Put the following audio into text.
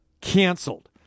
canceled